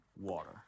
water